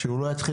ואני מקווה